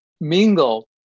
mingle